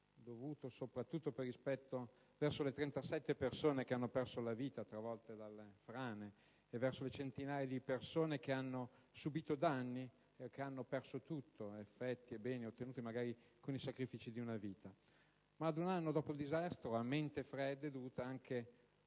dovuto, soprattutto per rispetto verso le 37 persone che hanno perso la vita travolte dalle frane e verso le centinaia di persone che hanno subito danni o che hanno perso tutto, effetti e beni ottenuti magari con i sacrifici di una vita. Ma un anno dopo il disastro, a mente fredda, è dovuta anche